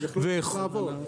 הם יכלו להמשיך לעבוד.